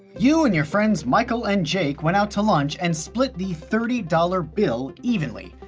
you, and your friends michael and jake went out to lunch and split the thirty dollars bill evenly.